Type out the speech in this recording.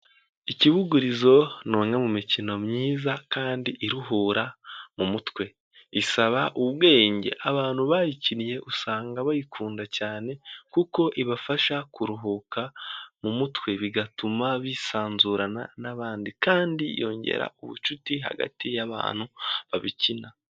Ikibugurizo ni umwe mu mikino myiza kandi iruhura mu mutwe. Isaba ubwenge abantu bayikinnye usanga bayikunda cyane kuko ibafasha kuruhuka mu mutwe, bigatuma bisanzurana n'abandi kandi yongera ubucuti hagati y'abantu babikina.